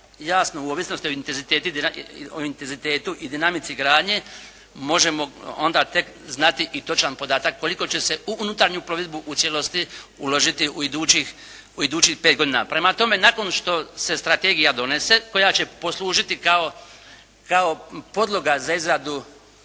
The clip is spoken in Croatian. jasno u ovisno o intenzivitetu i dinamici gradnje možemo onda tek znati i točan podatak koliko će se u unutarnju plovidbu u cijelosti uložiti u idućih pet godina. Prema tome, nakon što se strategija donese koja će poslužiti kao podloga za izradu